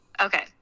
Okay